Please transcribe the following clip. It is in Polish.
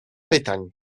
pytań